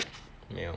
没有